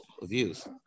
views